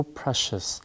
precious